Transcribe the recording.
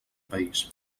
país